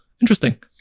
interesting